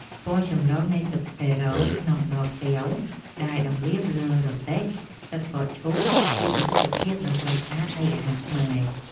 ពណ៌ចម្រុះនៃទឹកសេរ៉ូក្នុងដបកែវដែលតម្រៀបលើរទេះទឹកកកឈូសគឺជាទិដ្ឋភាពដ៏ស្រស់ស្អាតនៃអាហារខ្មែរ។